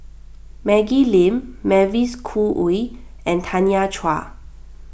Maggie Lim Mavis Khoo Oei and Tanya Chua